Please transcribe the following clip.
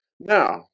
Now